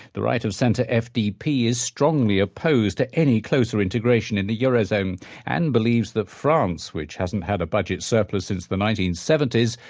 the right-of-center fdp is strongly opposed to any closer integration in the euro zone and believes that france, which hasn't had a budget surplus since the nineteen seventy s,